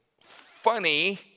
funny